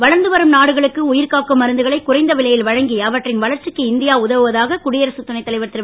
வளர்ந்துவரும் நாடுகளுக்கு உயிர் காக்கும் மருந்துகளை குறைந்த விலையில் வழங்கி அவற்றின் வளர்ச்சிக்கு இந்தியா உதவுவதாக குடியரசு துணைத்தலைவர் திரு